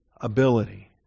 ability